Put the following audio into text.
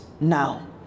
now